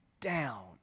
down